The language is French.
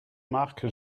marc